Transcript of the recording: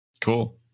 Cool